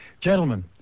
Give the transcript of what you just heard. gentlemen